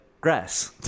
grass